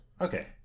okay